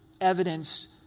evidence